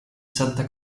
santa